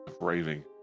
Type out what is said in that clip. Raving